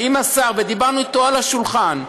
עם השר, ודיברנו אתו, על השולחן: